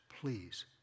please